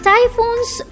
Typhoons